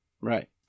Right